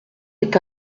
est